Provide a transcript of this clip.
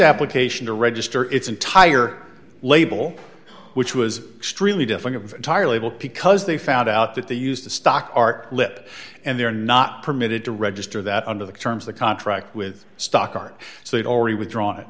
application to register its entire label which was extremely difficult to entirely will because they found out that they used to stock art lip and they're not permitted to register that under the terms the contract with stock art so they'd already withdrawn it